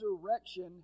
resurrection